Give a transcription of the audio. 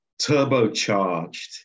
turbocharged